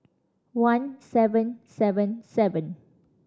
one seven seven seven